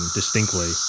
distinctly